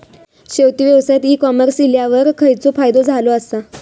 शेती व्यवसायात e commerce इल्यावर खयचो फायदो झालो आसा?